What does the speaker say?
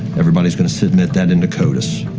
everybody's going to submit that into codis.